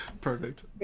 Perfect